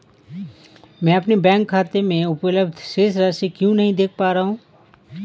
मैं अपने बैंक खाते में उपलब्ध शेष राशि क्यो नहीं देख पा रहा हूँ?